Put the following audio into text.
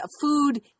food